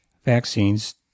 Vaccines